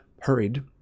hurried